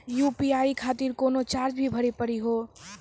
UPI खातिर कोनो charge भी भरी पड़ी हो?